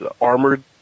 armored